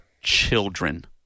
children